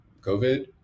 COVID